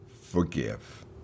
forgive